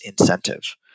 incentive